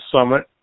summit